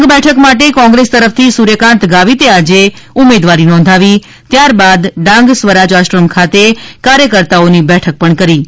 ડાંગ બેઠક માટે કોંગ્રેસ તરફથી સૂર્યકાંત ગાવીતે આજે ઉમેદવારી નોંધાવી છે અને ત્યારબાદ ડાંગ સ્વરાજ આશ્રમ ખાતે કાર્યકર્તાઓ ની બેઠક પણ કરી હતી